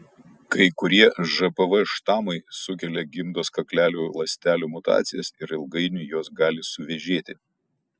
kai kurie žpv štamai sukelia gimdos kaklelio ląstelių mutacijas ir ilgainiui jos gali suvėžėti